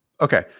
Okay